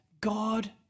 God